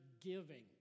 giving